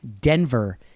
Denver